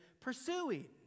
pursuing